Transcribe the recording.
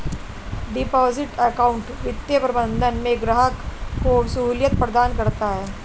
deposit account वित्तीय प्रबंधन में ग्राहक को सहूलियत प्रदान करता है